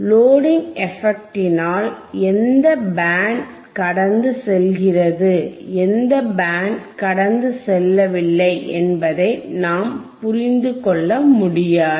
loading எபக்டினால் எந்த band கடந்து செல்கிறது எந்த பேண்ட் கடந்து செல்லவில்லை என்பதை நாம் புரிந்து கொள்ள முடியாது